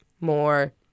more